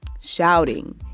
shouting